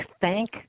thank